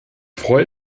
freue